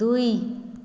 ଦୁଇ